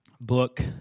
book